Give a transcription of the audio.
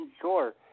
sure